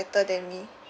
better than me